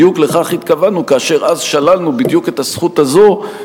בדיוק לכך התכוונו כאשר אז שללנו בדיוק את הזכות הזאת,